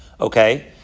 Okay